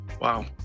Wow